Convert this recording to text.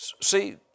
see